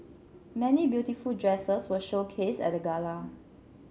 many beautiful dresses were showcased at the gala